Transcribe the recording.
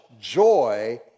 joy